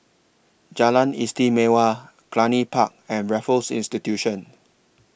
Jalan Istimewa Cluny Park and Raffles Institution